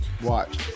watch